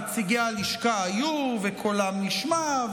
נציגי הלשכה היו וקולם נשמע,